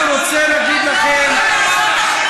אנחנו נילחם בטרור,